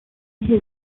his